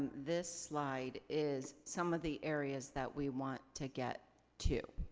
this slide is some of the areas that we want to get to.